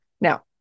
Now